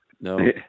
No